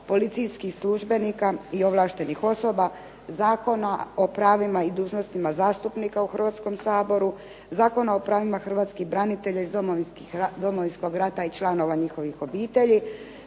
policijskih službenika i ovlaštenih osoba, Zakona o pravima i dužnostima zastupnika u Hrvatskom saboru, Zakona o pravima hrvatskih branitelja iz Domovinskog rata i članova njihova obitelji,